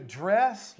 dress